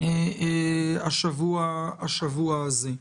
בשבוע הזה.